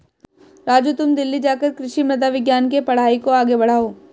राजू तुम दिल्ली जाकर कृषि मृदा विज्ञान के पढ़ाई को आगे बढ़ाओ